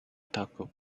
taco